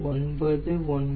970 0